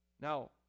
Now